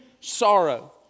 sorrow